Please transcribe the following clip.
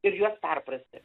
ir juos perprasti